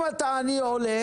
אם אתה עני עולה